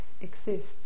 exists